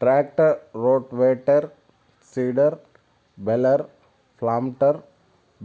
tractor, rotavator, seeder, baler, planter,